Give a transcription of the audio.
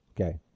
okay